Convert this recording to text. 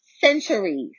centuries